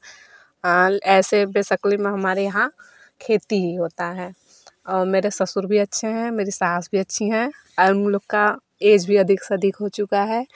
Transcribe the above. ऐसे बस्क्ली में हमारे यहाँ खेती ही होता है और मेरे ससुर भी अच्छे हैं मेरी सास भी अच्छी हैं अर वे लोग का ऐज भी अधिक से अधिक हो चुका है